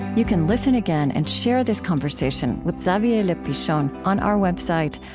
you can listen again and share this conversation with xavier le pichon on our website,